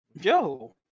yo